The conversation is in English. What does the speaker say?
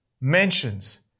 mentions